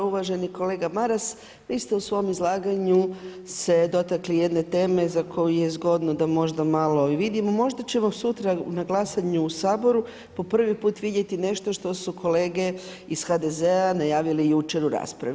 Uvaženi kolega Maras, vi ste u svom izlaganju se dotakli jedne teme za koju je zgodno da možda malo i vidimo, možda ćemo sutra na glasanju u Saboru po prvi put vidjeti nešto što su kolege iz HDZ-a najavili jučer u raspravi.